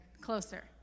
closer